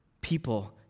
people